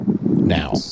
now